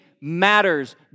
matters